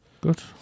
Good